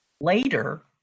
Later